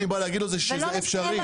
אני בא להגיד לו שזה אפשרי.